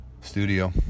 studio